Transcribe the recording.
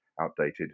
outdated